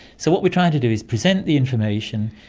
so what we're trying to do is present the information,